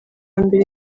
mbere